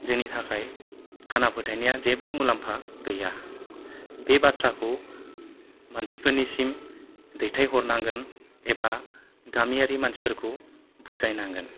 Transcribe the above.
जोंनि थाखाय खाना फोथायनाया जेबो मुलामफा गैया बे बाथ्राखौ मानसिफोरनि सिम दैथायहरनांगोन एबा गामियारि मानसिफोरखौ बुजायनांगोन